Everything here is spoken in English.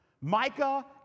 Micah